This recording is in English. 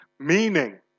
Meaning